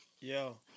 Yo